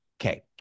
Okay